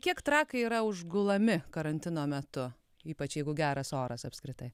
kiek trakai yra užgulami karantino metu ypač jeigu geras oras apskritai